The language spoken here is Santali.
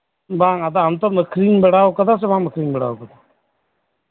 ᱵᱟᱝᱟ ᱵᱟᱝ ᱟᱢ ᱛᱚᱢ ᱟᱹᱠᱷᱨᱤᱧ ᱵᱟᱲᱟᱣᱟᱠᱟᱫᱟ ᱥᱮ ᱵᱟᱢ ᱟᱹᱠᱷᱨᱤᱧ ᱵᱟᱲᱟᱣᱟᱠᱟᱫᱟ